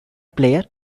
player